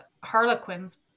Harlequins